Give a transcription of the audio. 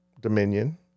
Dominion